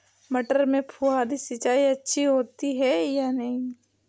मटर में फुहरी सिंचाई अच्छी होती है या नहीं?